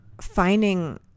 finding